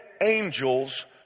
angels